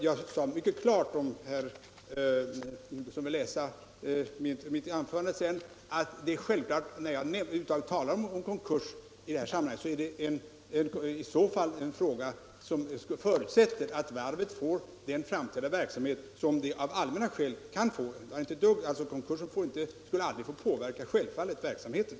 Jag sade mycket klart — herr Hugosson kan ju läsa mitt anförande sedan — att när jag talar om konkurs i det här sammanhanget så förutsätter jag att varvets framtida verksamhet får den omfattning som kan vara motiverad av allmänna skäl. Konkursen skulle självfallet aldrig få påverka verksamheten.